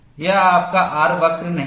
यह आपका R वक्र नहीं है